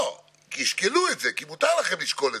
הם הגיעו לוועדת הכספים, הם צברו ניסיון וידע,